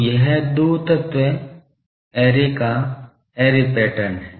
तो यह दो तत्व ऐरे का ऐरे पैटर्न है